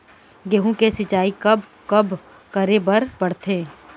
गेहूँ के सिंचाई कब कब करे बर पड़थे?